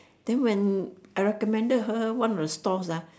then when I recommended her one of the stalls ah